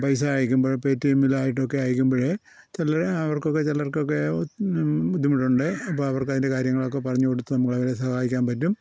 പൈസ അയക്കുമ്പഴും ഇപ്പം എ ടി എമ്മിലും ആയിട്ടൊക്കെ അയക്കുമ്പഴ് ചിലര് അവർക്കൊക്കെ ചിലർക്കൊക്കെ ബുദ്ധിമുട്ടുണ്ട് അപ്പം അവർക്കതിൻ്റെ കാര്യങ്ങളൊക്കെ പറഞ്ഞ് കൊടുത്ത് നമുക്ക് അവരെ സഹായിക്കാൻ പറ്റും